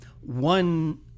One